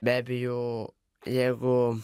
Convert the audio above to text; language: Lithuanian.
be abejo jeigu